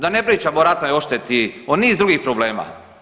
Da ne pričamo o ratnoj odšteti, o niz drugih problema.